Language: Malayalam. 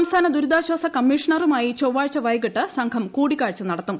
സംസ്ഥാന ദുരിതാശ്ചാസ കമ്മീഷണറുമായി ചൊവ്വാഴ്ച വൈകിട്ട് സംഘം കൂടിക്കാഴ്ച നടത്തും